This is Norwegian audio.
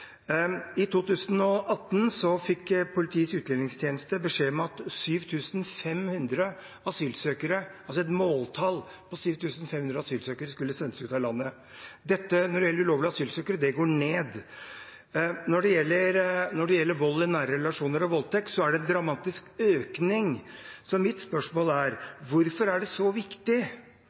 I 2018 fikk Politiets utlendingsenhet beskjed om at 7 500 asylsøkere, altså et måltall på 7 500, skulle sendes ut av landet. Antallet ulovlige asylsøkere går ned. Når det gjelder vold i nære relasjoner og voldtekt, er det en dramatisk økning. Så mitt spørsmål er: Hvorfor er det så viktig